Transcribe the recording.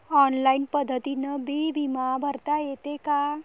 Online पद्धतीनं बी बिमा भरता येते का?